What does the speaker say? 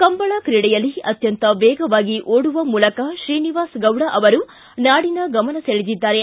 ಕಂಬಳ ಕ್ರೀಡೆಯಲ್ಲಿ ಅತ್ತಂತ ವೇಗವಾಗಿ ಓಡುವ ಮೂಲಕ ಶ್ರೀನಿವಾಸ ಗೌಡ ಅವರು ನಾಡಿನ ಗಮನ ಸೆಳೆದಿದ್ದಾರೆ